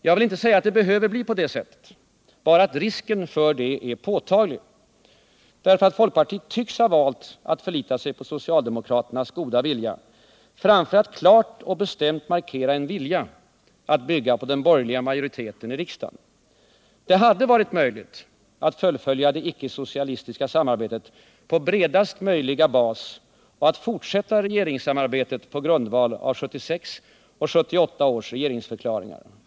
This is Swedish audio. Jag vill inte säga att det behöver bli så, bara att risken för det är påtaglig, därför att folkpartiet tycks ha valt att förlita sig på socialdemokraternas goda vilja framför att klart och bestämt markera en vilja att bygga på den borgerliga majoriteten i riksdagen. Det hade varit möjligt att fullfölja det icke-socialistiska samarbetet på bredaste möjliga bas och att fortsätta regeringssamarbetet på grundval av 1976 och 1978 års regeringsförklaringar.